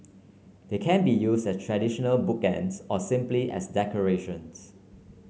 they can be use as traditional bookends or simply as decoration